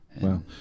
Wow